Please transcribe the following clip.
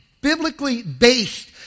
biblically-based